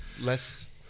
less